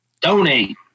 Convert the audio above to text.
Donate